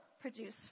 produce